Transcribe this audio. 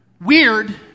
weird